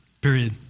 period